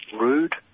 rude